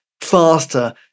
faster